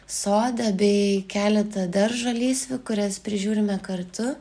sodą bei keletą daržo lysvių kurias prižiūrime kartu